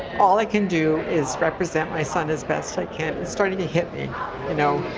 all i can do is represent my son as best i can. it's starting to hit me, you know.